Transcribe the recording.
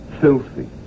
filthy